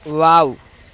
wow